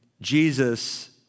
Jesus